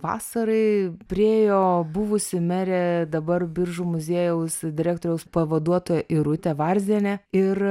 vasarai priėjo buvusi merė dabar biržų muziejaus direktoriaus pavaduotoja irutė varzienė ir